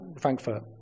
Frankfurt